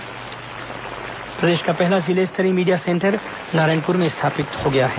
Narayanpur media centre प्रदेश का पहला जिला स्तरीय मीडिया सेंटर नारायणपुर में स्थापित हुआ है